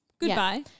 Goodbye